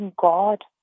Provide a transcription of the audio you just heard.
God